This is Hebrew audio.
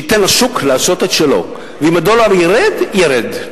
שייתן לשוק לעשות את שלו, ואם הדולר ירד, ירד.